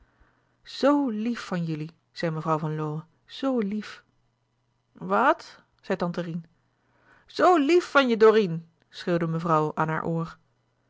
lief van jullie zei mevrouw van lowe zoo lief wat zei tante rien zoo lief van je dorine schreeuwde mevrouw aan haar oor